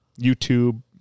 youtube